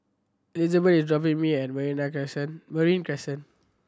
Elizabeth is dropping me at Crescent Marine Crescent